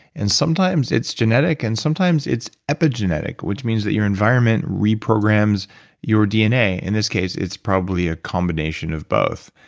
and sometimes it's genetic and sometimes it's epigenetic, which means that your environment reprograms your dna. in this case it's probably a combination of both.